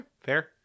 fair